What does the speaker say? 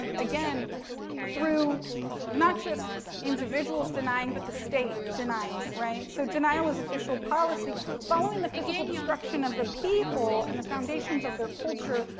um again through not just individuals denying but the state denying right. so, denial is an official policy following the physical destruction of a people and the foundation of their culture,